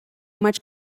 much